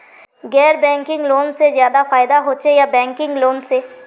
गैर banking loan से ज्यादा फायदा होचे या बैंकिंग लोन से?